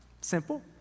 Simple